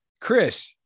Chris